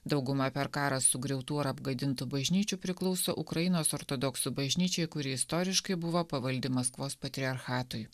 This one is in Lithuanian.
dauguma per karą sugriautų ar apgadintų bažnyčių priklauso ukrainos ortodoksų bažnyčiai kuri istoriškai buvo pavaldi maskvos patriarchatui